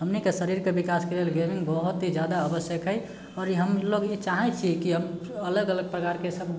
हमनीके शरीरके विकासके लेल गेमिङ्ग बहुत ही जादा आवश्यक हइ आओर हमलोग ई चाहैत छियै कि अलग अलग प्रकारके सब